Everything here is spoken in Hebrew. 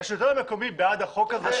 השלטון המקומי בעד החוק הזה,